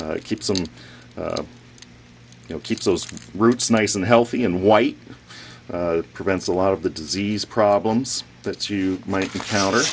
but keep some you know keep those roots nice and healthy and white prevents a lot of the disease problems that you might encounter